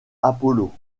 apollo